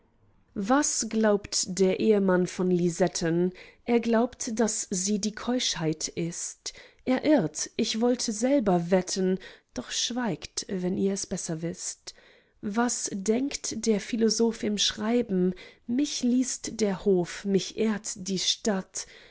was glaubt der ehemann von lisetten er glaubt daß sie die keuschheit ist er irrt ich wollte selber wetten doch schweigt wenn ihr es besser wißt was denkt der philosoph im schreiben mich liest der hof mich ehrt die stadt